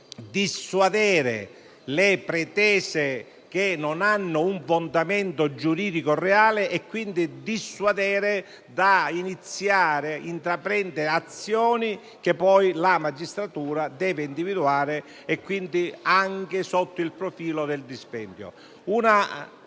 dissuadere dalle pretese che non hanno un fondamento giuridico reale e quindi dissuadere dall'intraprendere azioni che poi la magistratura deve individuare. Quindi, si valuta anche il profilo del dispendio.